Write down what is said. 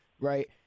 right